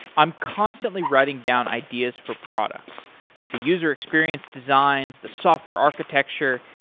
i'm constantly writing down ideas for products the user experience designs, the software architecture,